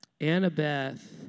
Annabeth